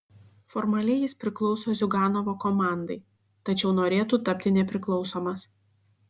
formaliai jis priklauso ziuganovo komandai tačiau norėtų tapti nepriklausomas